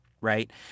Right